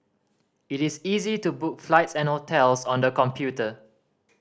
it is easy to book flights and hotels on the computer